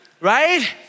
right